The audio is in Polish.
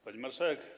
Pani Marszałek!